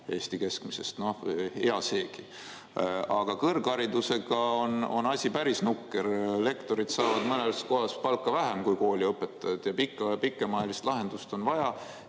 Eesti keskmisest. Hea seegi. Aga kõrgharidusega on asi päris nukker. Lektorid saavad mõnes kohas palka vähem kui kooliõpetajad. Pikemaajalist lahendust on vaja,